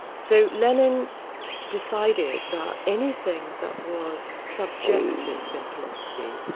so lenin decided that anything that was subjective in philosophy,